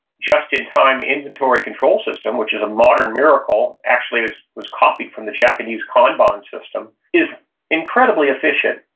just in time, inventory control system, which is a modern miracle, actually was copied from the japanese kanban system, is incredibly efficient.